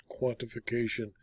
quantification